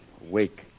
wake